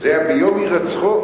זה היה ביום הירצחו,